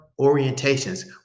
orientations